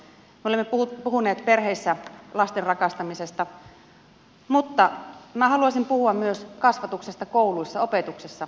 me olemme puhuneet perheissä lasten rakastamisesta mutta minä haluaisin puhua myös kasvatuksesta kouluissa opetuksessa